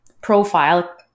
profile